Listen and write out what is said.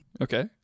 Okay